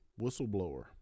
whistleblower